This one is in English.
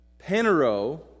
Panero